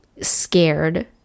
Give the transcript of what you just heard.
scared